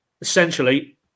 essentially